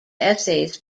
essays